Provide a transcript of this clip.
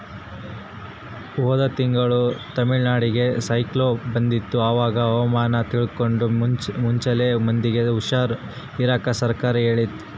ಹೋದ ತಿಂಗಳು ತಮಿಳುನಾಡಿಗೆ ಸೈಕ್ಲೋನ್ ಬಂದಿತ್ತು, ಅವಾಗ ಹವಾಮಾನ ತಿಳ್ಕಂಡು ಮುಂಚೆಲೆ ಮಂದಿಗೆ ಹುಷಾರ್ ಇರಾಕ ಸರ್ಕಾರ ಹೇಳಿತ್ತು